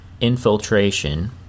Infiltration